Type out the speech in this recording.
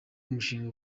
umushinga